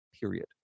period